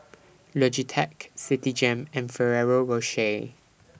Logitech Citigem and Ferrero Rocher